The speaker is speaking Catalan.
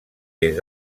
des